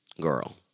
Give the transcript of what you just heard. Girl